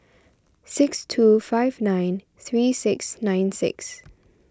six two five nine three six nine six